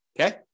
okay